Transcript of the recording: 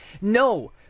No